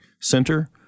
center